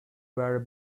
were